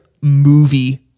movie